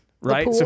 right